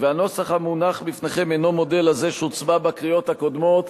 והנוסח המונח בפניכם אינו דומה לזה שהוצבע בקריאות הקודמות.